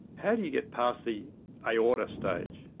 how do you get past the aorta stage,